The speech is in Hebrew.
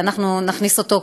ואנחנו נכניס אותו,